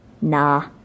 Nah